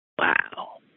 Wow